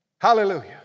Hallelujah